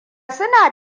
suna